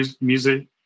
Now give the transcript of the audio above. music